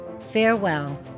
Farewell